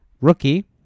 Rookie